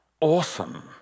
awesome